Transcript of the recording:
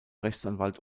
rechtsanwalt